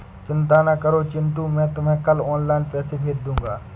चिंता ना करो चिंटू मैं तुम्हें कल ऑनलाइन पैसे भेज दूंगा